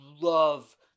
love